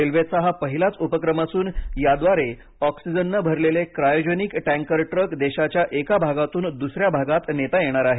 रेल्वेचा हा पहिलाच उपक्रम असून याद्वारे ऑक्सिजनने भरलेले क्रायोजेनिक टँकर ट्रक देशाच्या एका भागातून दुसऱ्या भागात नेता येणार आहे